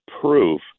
proof